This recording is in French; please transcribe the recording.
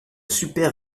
super